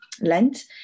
Lent